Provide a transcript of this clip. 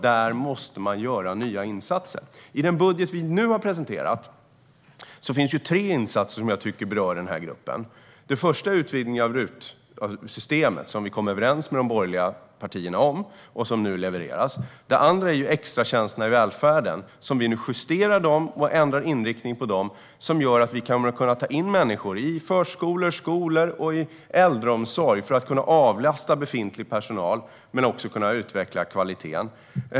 Där måste man göra nya insatser. I den budget vi nu har presenterat finns tre insatser som jag tycker berör denna grupp. Den första är en utvidgning av RUT-systemet, vilket vi kom överens om med de borgerliga partierna. Detta levereras nu. Den andra är extratjänsterna i välfärden, som vi nu justerar och ändrar inriktning på. Detta gör att vi kommer att kunna ta in människor i förskolor, skolor och äldreomsorg för att avlasta befintlig personal men också utveckla kvaliteten.